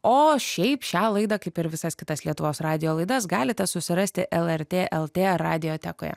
o šiaip šią laidą kaip ir visas kitas lietuvos radijo laidas galite susirasti lrt lt radiotekoje